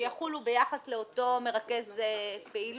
שיחולו ביחס לאותו מרכז פעילות?